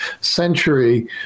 century